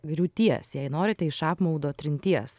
griūties jei norite iš apmaudo trinties